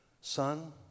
Son